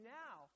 now